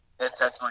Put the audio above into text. intentionally